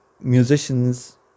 Musicians